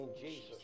Jesus